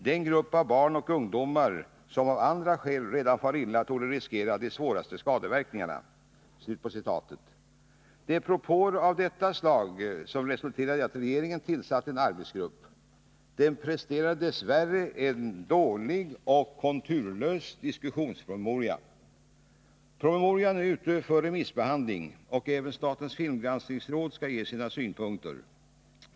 Den grupp av barn och ungdomar som av andra skäl redan far illa torde riskera de svåraste skadeverkningarna.” Det var propåer av detta slag som resulterade i att regeringen tillsatte en arbetsgrupp, som dess värre presterat en dålig och konturlös diskussionspromemoria. Promemorian är nu ute för remissbehandling, och även statens filmgranskningsråd skall ge sina synpunkter.